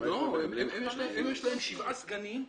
להם יש שבעה סגנים.